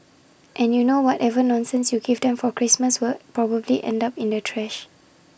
and you know whatever nonsense you give them for Christmas will probably end up in the trash